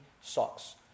socks